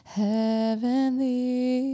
heavenly